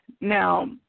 Now